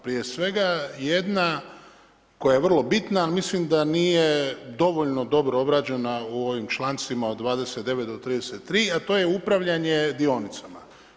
Prije svega, jedna koja je vrlo bitna, ali mislim da nije dovoljno dobro obrađena u ovim člancima od 29 do 33, a to je upravljanje dionicama.